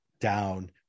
down